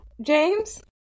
james